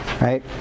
right